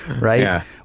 Right